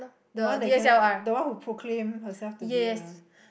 the one that cannot the one who proclaim herself to be a